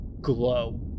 glow